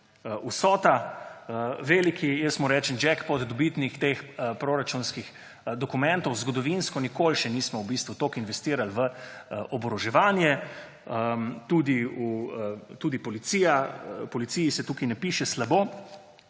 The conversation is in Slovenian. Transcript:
vsota. Veliki, jaz mu rečem, jackpot dobitnih proračunskih dokumentov. Zgodovinsko nikoli še nismo toliko investirali v oboroževanje. Tudi Policiji se tukaj ne piše slabo.